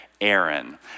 Aaron